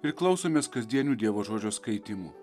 ir klausomės kasdienių dievo žodžio skaitymų